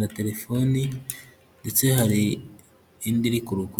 na telefoni ndetse hari indi iri ku rukuta.